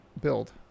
build